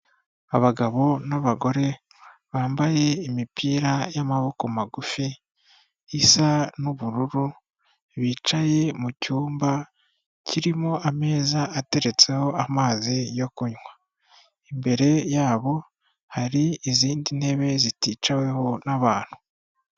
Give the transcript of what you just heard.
Abagabo n'abagore bambaye imipira y'amaboko magufi, isa n'ubururu, bicaye mu cyumba kirimo ameza ateretseho amazi yo kunywa, imbere yabo hari izindi ntebe ziticaweho n'abantu.